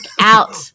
out